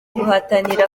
guhatanira